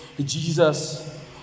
Jesus